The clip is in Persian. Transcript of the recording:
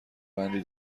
بندی